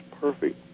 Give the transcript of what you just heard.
perfect